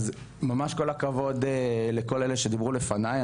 אז ממש כל הכבוד לכל אלה שדיברו לפניי,